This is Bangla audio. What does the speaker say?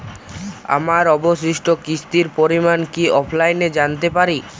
আমার অবশিষ্ট কিস্তির পরিমাণ কি অফলাইনে জানতে পারি?